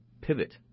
pivot